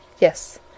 Yes